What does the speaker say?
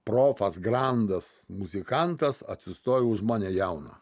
profas grandas muzikantas atsistojo už mane jauną